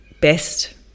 best